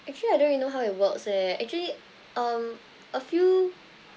actually I don't really know how it works eh actually um a few